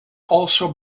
also